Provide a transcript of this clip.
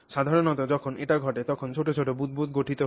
সাধারণত যখন এটি ঘটে তখন ছোট ছোট বুদবুদ গঠিত হয়